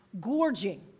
gorging